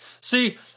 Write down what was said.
See